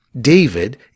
David